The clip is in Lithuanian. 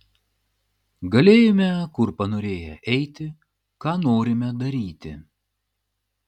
galėjome kur panorėję eiti ką norime daryti